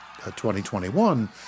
2021